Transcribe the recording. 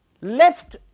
left